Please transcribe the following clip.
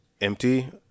empty